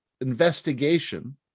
investigation